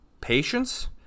patience